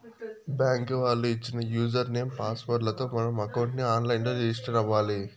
bank వాళ్ళు ఇచ్చిన user name, password లతో మనం అకౌంట్ ని ఆన్ లైన్ లో రిజిస్టర్ అవ్వాలి